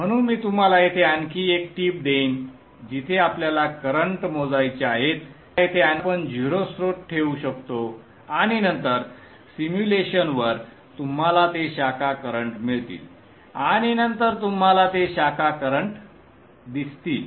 म्हणून मी तुम्हाला येथे आणखी एक टीप देईन जिथे आपल्याला करंट मोजायचे आहेत येथे आपण 0 स्रोत ठेवू शकतो आणि नंतर सिम्युलेशनवर तुम्हाला ते शाखा करंट मिळतील आणि नंतर तुम्हाला ते शाखा करंट दिसतील